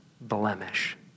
blemish